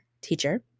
teacher